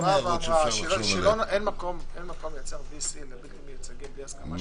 שאין מקום לייצר VC לבלתי מיוצגים בלי הסכמתם.